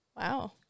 wow